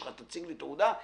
תציג לי תעודה,